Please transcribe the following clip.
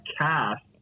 cast